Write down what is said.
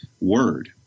word